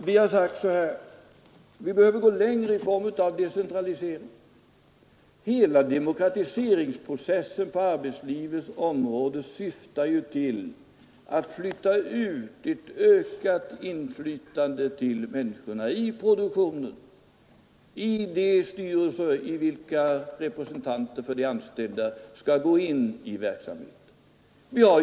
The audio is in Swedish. Vi har sagt att vi behöver gå längre i decentralisering. Hela demokratiseringsprocessen på arbetslivets område syftar till att flytta ut till människorna i produktionen ett ökat inflytande i de styrelser i vilka representanter för de anställda skall gå in i verksamheten.